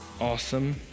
Awesome